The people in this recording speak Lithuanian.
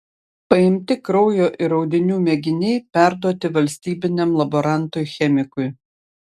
paimti kraujo ir audinių mėginiai perduoti valstybiniam laborantui chemikui